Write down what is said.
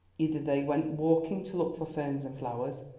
either they went walking to look for ferns and flowers,